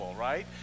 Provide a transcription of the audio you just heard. right